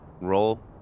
roll